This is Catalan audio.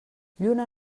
lluna